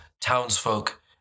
townsfolk